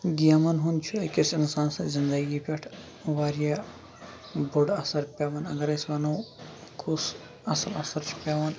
گیمَن ہُنٛد چھِ أکِس اِنسان سٕنٛز زندگی پٮ۪ٹھ واریاہ بوٚڑ اَثر پٮ۪وان اگر أسۍ وَنو کُس اَصٕل اَثر چھُ پٮ۪وان